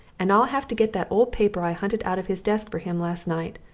and i'll have to get that old paper i hunted out of his desk for him last night.